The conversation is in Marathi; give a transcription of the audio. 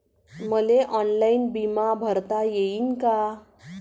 मले ऑनलाईन बिमा भरता येईन का?